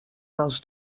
dels